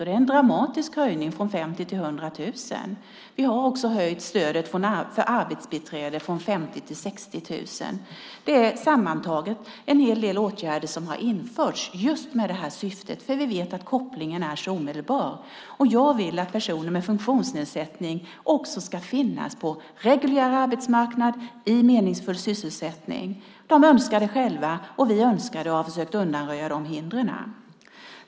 Det är en dramatisk höjning från 50 000 till 100 000 kronor. Vi har också höjt stödet för arbetsbiträde från 50 000 till 60 000 kronor. Det är sammantaget en hel del åtgärder som har införts just med det här syftet, för vi vet att kopplingen är så omedelbar. Jag vill att personer med funktionsnedsättning också ska finnas på reguljär arbetsmarknad i meningsfull sysselsättning. De önskar det själva, och vi önskar det och har försökt undanröja hindren.